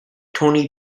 tony